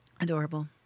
Adorable